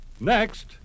Next